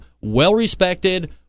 Well-respected